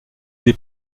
des